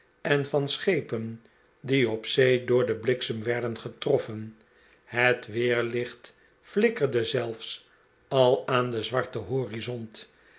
en van schepen die op zee door den bliksem werden getroffen het weerlicht flikkerde zelfs al aan den zwarten horizont